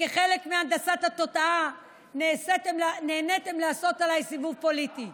כחלק מהנדסת התודעה נהניתם לעשות עליי סיבוב פוליטי.